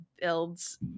builds